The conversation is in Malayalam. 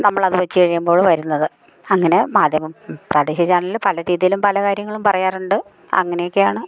നമ്മളത് വെച്ച് കഴിയുമ്പോൾ വരുന്നത് അങ്ങനെ മാധ്യമം പ്രാദേശീയ ചാനലുകൾ പല രീതിയിലും പല കാര്യങ്ങളും പറയാറുണ്ട് അങ്ങനെ ഒക്കെയാണ്